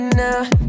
now